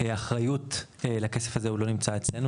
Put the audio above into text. האחריות לכסף הזה הוא לא נמצא אצלנו,